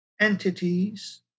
entities